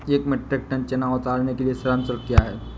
एक metric ton चना उतारने के लिए श्रम शुल्क क्या है?